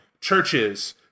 Churches